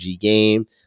game